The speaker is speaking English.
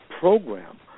program